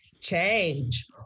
change